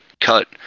cut